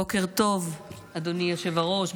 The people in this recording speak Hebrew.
בוקר טוב, אדוני היושב-ראש.